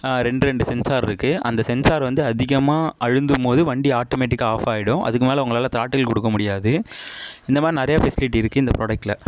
ரெண்டு ரெண்டு சென்சார் இருக்கு அந்த சென்சார் வந்து அதிகமாக அழுந்தும்போது வண்டி ஆட்டோமெட்டிக்காக ஆப் ஆகிடும் அதுக்கு மேல் அவங்களால் த்ராட்டில் கொடுக்க முடியாது இந்தமாதிரி நிறையா ஃபெசிலிட்டி இந்த ப்ராடக்ட்டில்